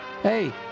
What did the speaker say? Hey